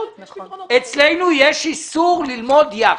אצלנו יש איסור ללמוד יחד.